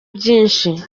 byinshi